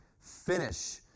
finish